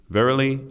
Verily